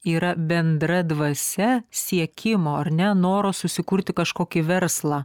yra bendra dvasia siekimo ar ne noro susikurti kažkokį verslą